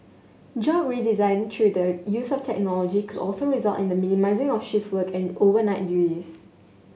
job redesign through the use of technology could also result in the minimising of shift work and overnight race